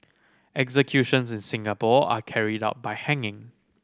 executions in Singapore are carried out by hanging